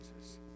Jesus